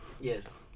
yes